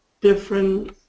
different